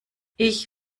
ich